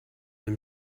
them